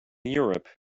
europe